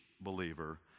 believer